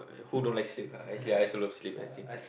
who don't like sleep actually I also love sleep as in